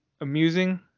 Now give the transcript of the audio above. amusing